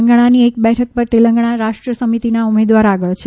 તેલગાણાંની એક બેઠક પર તેલગાણાં રાષ્ટ્ર સમિતિના ઉમેદવાર આગળ છે